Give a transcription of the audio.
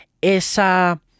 esa